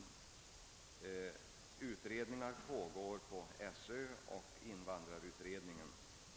En utredning pågår inom skolöverstyrelsen, och invandrarutredningen är 1 verksamhet.